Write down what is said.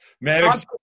Maddox